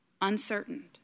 uncertain